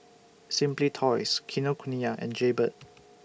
Simply Toys Kinokuniya and Jaybird